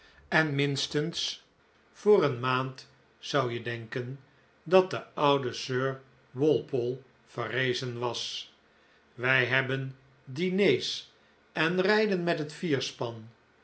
en minstens voor een maand zou je denken dat de oude sir walpole verrezen was wij hebben diners en rijden met het